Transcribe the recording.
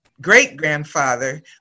great-grandfather